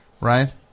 right